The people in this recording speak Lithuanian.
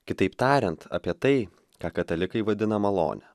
kitaip tariant apie tai ką katalikai vadina malone